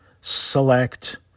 select